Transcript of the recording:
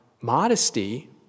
modesty